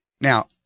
now